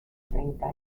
treinta